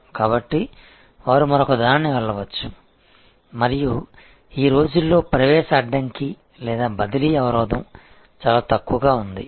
కాబట్టి వారు మరొకదానికి వెళ్లవచ్చు మరియు ఈ రోజుల్లో ప్రవేశ అడ్డంకి లేదా బదిలీ అవరోధం చాలా తక్కువగా ఉంది